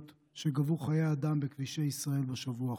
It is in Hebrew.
שגבו חיי אדם בכבישי ישראל בשבוע החולף: